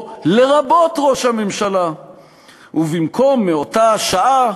"לרבות ראש הממשלה"/ ובמקום "מאותה השעה"